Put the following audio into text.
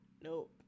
nope